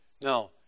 Now